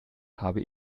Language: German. habe